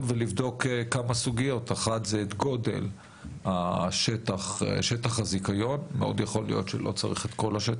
ולבדוק כמה סוגיות: את גודל שטח הזיכיון שיכול להיות שלא צריך את כולו.